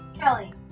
Kelly